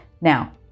Now